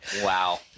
wow